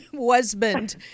husband